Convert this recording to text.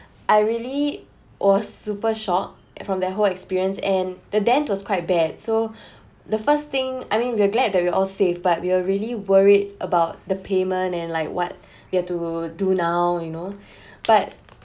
I really was super shocked from that whole experience and the dent was quite bad so the first thing I mean we are glad that we all safe but we were really worried about the payment and like what we have to do now you know but